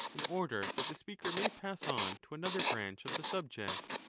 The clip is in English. in order that the speaker may pass on to another branch of the subject.